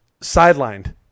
sidelined